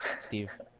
Steve